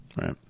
Right